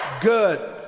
Good